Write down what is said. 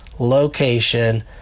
location